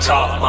Top